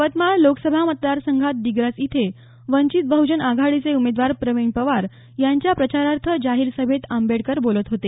यवतमाळ लोकसभा मतदार संघात दिग्रस इथं वंचित बहुजन आघाडीचे उमेदवार प्रवीण पवार यांच्या प्रचारार्थ जाहीर सभेत आंबेडकर बोलत होते